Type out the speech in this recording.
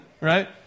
right